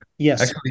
Yes